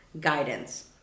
guidance